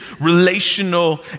relational